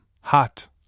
hot